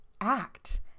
act